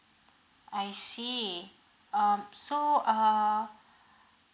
I see um so uh